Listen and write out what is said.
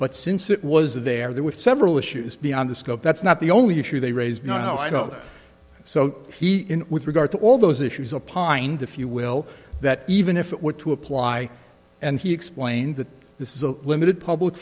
but since it was there there were several issues beyond the scope that's not the only issue they raised nine hours ago so he in with regard to all those issues a pint if you will that even if it were to apply and he explained that this is a limited public